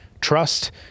trust